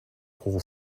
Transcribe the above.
whole